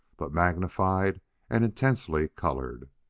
but magnified and intensely colored.